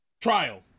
trial